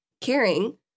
caring